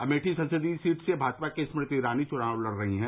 अमेठी संसदीय सीट से भाजपा की स्मृति ईरानी चुनाव लड़ रही है